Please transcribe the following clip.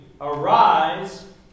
arise